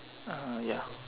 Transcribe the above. uh ya